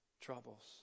troubles